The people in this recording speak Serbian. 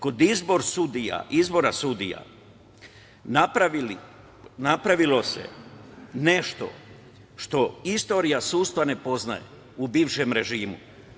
Kod izbora sudija napravilo se nešto što istorija sudstva ne poznaje, u bivšem režimu.